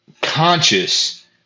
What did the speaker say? conscious